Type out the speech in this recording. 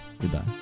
Goodbye